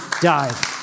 died